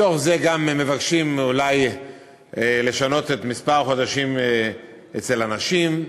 בתוך זה גם מבקשים אולי לשנות את מספר החודשים אצל הנשים,